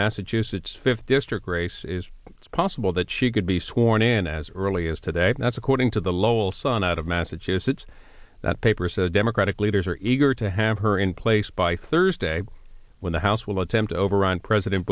massachusetts fifth district races it's possible that she could be sworn in as early as today that's according to the lowell sun out of massachusetts that paper says democratic leaders are eager to have her in place by thursday when the house will attempt over on president